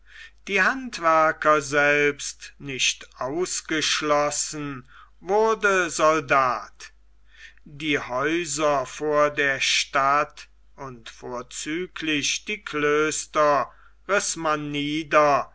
die handwerker selbst nicht ausgeschlossen wurde soldat die häuser vor der stadt und vorzüglich die klöster riß